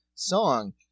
song